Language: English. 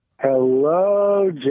Hello